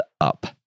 up